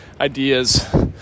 ideas